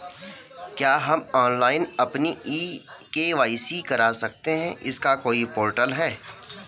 क्या हम ऑनलाइन अपनी के.वाई.सी करा सकते हैं इसका कोई पोर्टल है?